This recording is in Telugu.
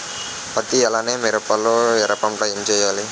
పత్తి అలానే మిరప లో ఎర పంట ఏం వేయాలి?